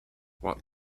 what